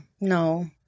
no